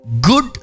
Good